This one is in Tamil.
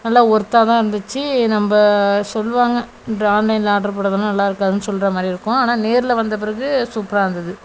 நல்லா ஒர்த்தாதான் இருந்துச்சு நம்ம சொல்லுவாங்கள் இந்த ஆன்லைன்ல ஆட்ரு போட்டதெல்லாம் நல்லா இருக்காதுன்னு சொல்கிறமாரி இருக்கும் ஆனால் நேர்ல வந்த பிறகு சூப்பரா இருந்தது